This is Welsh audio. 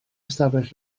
ystafell